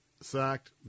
sacked